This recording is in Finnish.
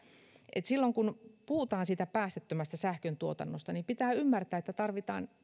että silloin kun puhutaan siitä päästöttömästä sähköntuotannosta niin pitää ymmärtää että tarvitaan